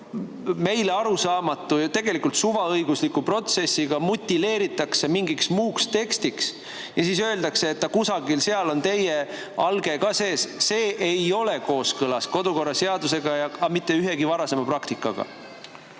meile arusaamatu ja tegelikult suvaõigusliku protsessiga mutileeritakse mingiks muuks tekstiks ja siis öeldakse, et kusagil seal on teie alge ka sees, siis see ei ole kooskõlas kodukorraseadusega ega mitte ühegi varasema praktikaga.